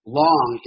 long